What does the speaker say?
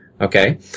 Okay